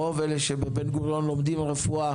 רוב אלה שלומדים רפואה